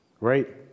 right